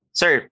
sir